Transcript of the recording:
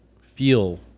feel